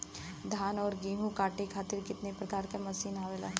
धान और गेहूँ कांटे खातीर कितना प्रकार के मशीन आवेला?